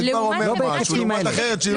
זה כבר אומר משהו לעומת אחרת שהיא לא